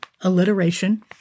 alliteration